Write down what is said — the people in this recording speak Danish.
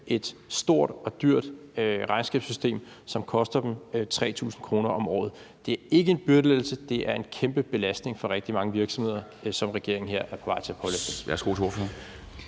et stort og dyrt regnskabssystem, som koster en 3.000 kr. om året. Det er ikke en byrdelettelse. Det er en kæmpe belastning for rigtig mange virksomheder, som regeringen her er på vej til at pålægge